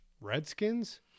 Redskins